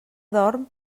dorm